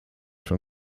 from